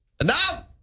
Enough